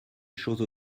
choses